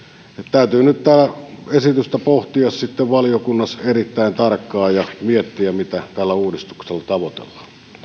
täytyy nyt tätä esitystä pohtia sitten valiokunnassa erittäin tarkkaan ja miettiä mitä tällä uudistuksella tavoitellaan